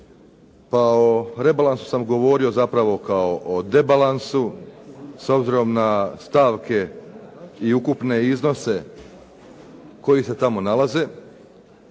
Pa o rebalansu sam govorio zapravo kao o debalansu. S obzirom na stavke i ukupne iznose koji se tamo nalaze.